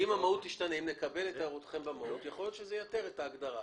אם נקבל את הערותיכם במהות יכול להיות שזה ייתר את ההגדרות.